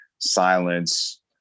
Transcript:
silence